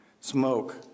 smoke